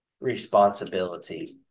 responsibility